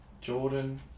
Jordan